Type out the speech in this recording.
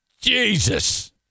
Jesus